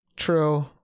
true